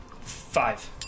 Five